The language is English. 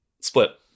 split